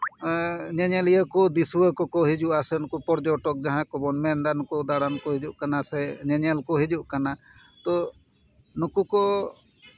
ᱧᱮᱧᱮᱞᱤᱭᱟᱹ ᱠᱚ ᱫᱤᱥᱩᱣᱟᱹ ᱠᱚᱠᱚ ᱦᱤᱡᱩᱜᱼᱟ ᱥᱮ ᱱᱩᱠᱩ ᱯᱚᱨᱡᱚᱴᱚᱠ ᱡᱟᱦᱟᱸᱭ ᱠᱚᱵᱚᱱ ᱢᱮᱱᱫᱟ ᱱᱩᱠᱩ ᱫᱟᱬᱟᱱ ᱠᱚ ᱦᱤᱡᱩᱜ ᱠᱟᱱᱟ ᱥᱮ ᱧᱮᱧᱮᱞ ᱠᱚ ᱦᱤᱡᱩᱜ ᱠᱟᱱᱟ ᱛᱚ ᱱᱩᱠᱩ ᱠᱚ